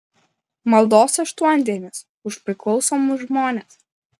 maldos aštuondienis už priklausomus žmones